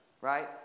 right